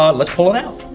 um let's pull it out.